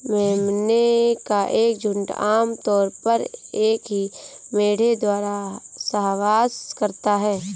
मेमने का एक झुंड आम तौर पर एक ही मेढ़े द्वारा सहवास करता है